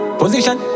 position